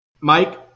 Mike